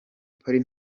polly